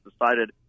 decided